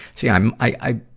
see, i'm, i, i,